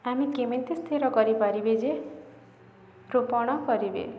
ଆମେ କେମିତି ସ୍ଥିର କରିପାରିବେ ଯେ ରୁପଣ କରିବେ